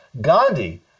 Gandhi